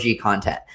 content